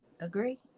Agree